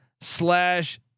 slash